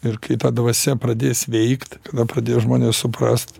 ir kai ta dvasia pradės veikt pradės žmonės suprast